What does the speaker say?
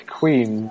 queen